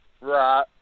Right